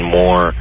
more